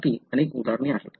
यासाठी अनेक उदाहरणे आहेत